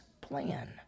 plan